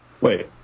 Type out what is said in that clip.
Wait